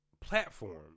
platform